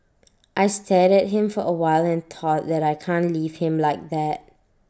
I stared at him for A while and thought that I can't leave him like that